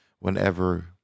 whenever